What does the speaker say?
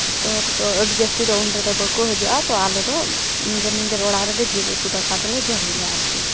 ᱱᱮᱛᱟᱨ ᱫᱚ ᱟᱹᱰᱤ ᱡᱟᱹᱥᱛᱤ ᱫᱚ ᱩᱱ ᱨᱮᱫᱚ ᱵᱟᱠᱚ ᱦᱤᱡᱩᱜᱼᱟ ᱛᱚ ᱟᱞᱮ ᱫᱚ ᱱᱤᱡᱮᱨ ᱱᱤᱡᱮᱨ ᱚᱲᱟᱜ ᱨᱮᱫᱚ ᱡᱤᱞ ᱩᱛᱩ ᱫᱟᱠᱟ ᱫᱚᱞᱮ ᱡᱚᱢ ᱜᱮᱭᱟ ᱟᱨᱠᱤ